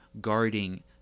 guarding